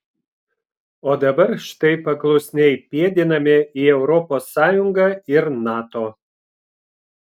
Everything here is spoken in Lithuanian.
o dabar štai paklusniai pėdiname į europos sąjungą ir nato